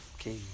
okay